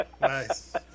nice